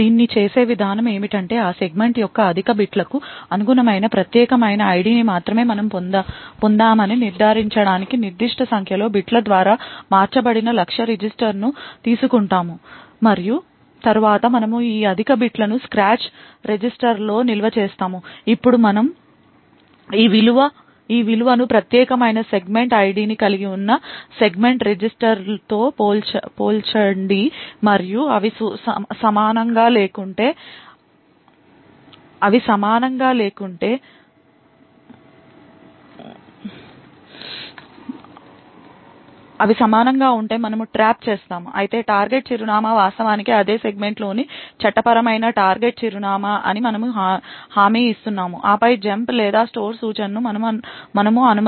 మనము దీన్ని చేసే విధానం ఏమిటంటే ఆ సెగ్మెంట్ యొక్క అధిక బిట్లకు అనుగుణమైన ప్రత్యేకమైన ఐడిని మాత్రమే మనము పొందామని నిర్ధారించడానికి నిర్దిష్ట సంఖ్యలో బిట్ల ద్వారా మార్చబడిన లక్ష్య రిజిస్టర్ను తీసుకుంటాము మరియు తరువాత మనము ఈ అధిక బిట్లను స్క్రాచ్ రిజిస్టర్లో నిల్వ చేస్తాము ఇప్పుడు మనము ఈ విలువను ప్రత్యేకమైన సెగ్మెంట్ ఐడిని కలిగి ఉన్న సెగ్మెంట్ రిజిస్టర్తో పోల్చండి మరియు అవి సమానంగా లేకుంటే అవి సమానంగా ఉంటే మనము ట్రాప్ చేస్తాము అయితే టార్గెట్ చిరునామా వాస్తవానికి అదే సెగ్మెంట్లోని చట్టపరమైన టార్గెట్ చిరునామా అని మనము హామీ ఇస్తున్నాము ఆపై జంప్ లేదా స్టోర్ సూచనను మనము అనుమతిస్తాము